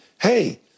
Hey